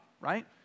right